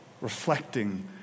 reflecting